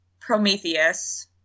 Prometheus